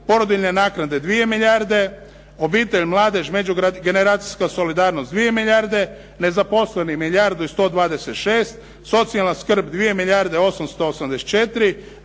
porodiljne naknade 2 milijarde, obitelj, mladež, međugeneracijska solidarnost 2 milijarde, nezaposleni milijardu i 126, socijalna skrb 2 milijarde 884,